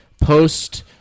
Post-